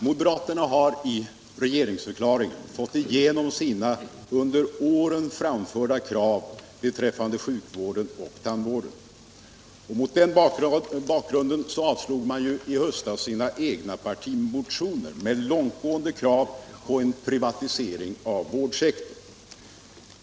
Moderaterna har i regeringsförklaringen fått igenom sina under åren framförda krav beträffande sjukvården och tandvården. Mot den bakgrunden avslog man i höstas sina egna partimotioner med långtgående krav på en privatisering av vårdsektorn.